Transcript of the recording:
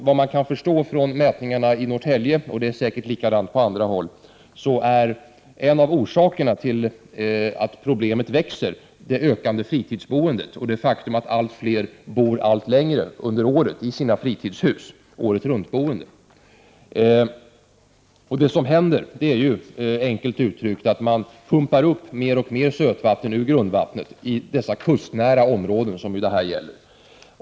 Vad man kan förstå från mätningarna i Norrtälje, och det är säkert likadant på andra håll, är en av orsakerna till att problemet växer det ökande fritidsboendet och det faktum att allt fler bor allt längre under året i sina fritidshus, t.o.m. året runt. Det som händer är enkelt uttryckt att man pumpar upp mer och mer sötvatten ur grundvattnet i dessa kustnära områden som det här gäller.